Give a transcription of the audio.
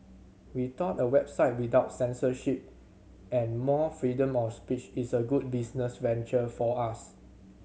we thought a website without censorship and more freedom of speech is a good business venture for us